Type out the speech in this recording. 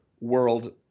world